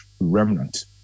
remnant